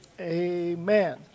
Amen